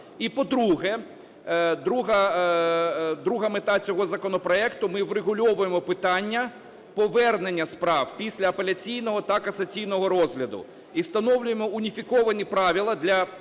І, по-друге, друга мета цього законопроекту. Ми врегульовуємо питання повернення справ після апеляційного та касаційного розгляду і встановлюємо уніфіковані правила для